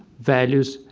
values,